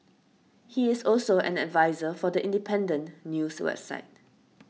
he is also an adviser for The Independent news website